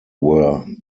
were